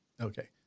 Okay